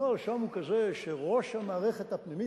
הנוהל שם הוא כזה שראש המערכת הפנימית,